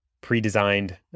pre-designed